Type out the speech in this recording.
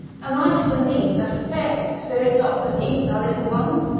am i to believe that a fairy spirits oflf and eats our little ones?